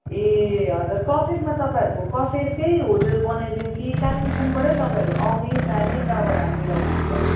ए हजुर कफेरमा तपाईँहरूको कफेरकै होटेल बनाइदिऊँ कि कालेबुङबाट तपाईँहरू आउने जाने प्रावधान मिलाउनु हुन्छ